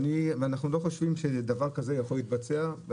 אנחנו חושבים שדבר כזה לא יכול להתבצע.